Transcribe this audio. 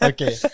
Okay